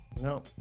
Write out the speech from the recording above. No